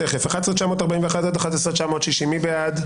11,921 עד 11,940, מי בעד?